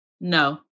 No